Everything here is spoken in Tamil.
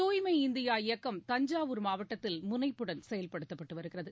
தூய்மை இந்தியா இயக்கம் தஞ்சாவூர் மாவட்டத்தில் முனைப்புடன் செயல்படுத்தப்பட்டு வருகிறது